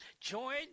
join